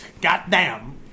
Goddamn